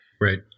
Right